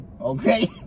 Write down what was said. Okay